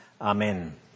Amen